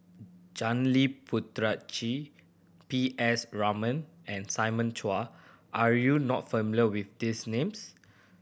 Janil Puthucheary P S Raman and Simon Chua are you not familiar with these names